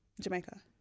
Jamaica